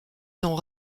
sont